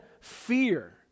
fear